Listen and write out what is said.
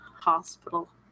hospital